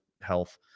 health